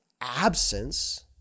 absence